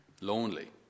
lonely